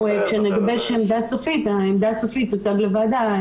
כשנגבש עמדה סופית, העמדה הסופית תוצג לוועדה.